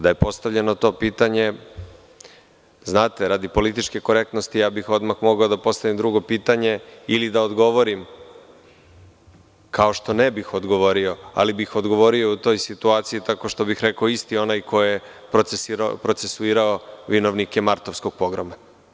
Da je postavljeno to pitanje, radi političke korektnosti odmah bih mogao da postavim drugo pitanje ili da odgovorim kao što ne bih odgovorio, ali bih odgovorio u toj situaciji tako što bih rekao – isti onaj ko je procesuirao vinovnike martovskog pogroma?